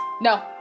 No